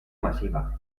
masiva